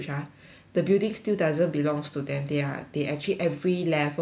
the building still doesn't belongs to them they are they actually every level every